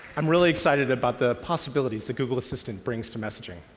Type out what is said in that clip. i'm really excited about the possibilities that google assistant brings to messaging.